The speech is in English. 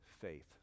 faith